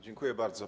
Dziękuję bardzo.